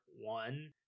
One